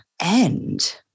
end